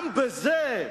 גם בזה,